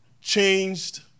changed